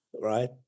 right